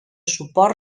suport